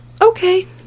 Okay